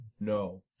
no